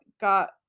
got